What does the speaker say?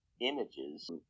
images